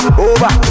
over